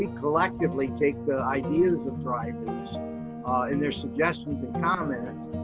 we collective like take the ideas of drivers and their suggestions and comments.